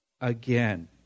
again